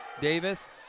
Davis